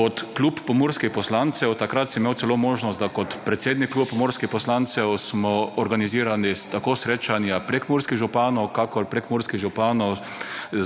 Kot klub pomurskih poslancev takrat sem imel celo možnost, da kor predsednik kluba pomurskih poslancev smo organizirali tako srečanja prekmurskih županov, kakor prekmurskih županov